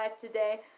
today